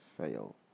fail